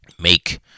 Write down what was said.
make